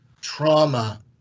trauma